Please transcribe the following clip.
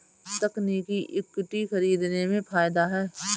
तकनीकी इक्विटी खरीदने में फ़ायदा है